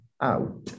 out